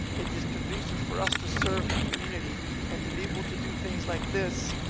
it is conducive for us to serve the community and to be able to do things like this.